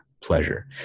pleasure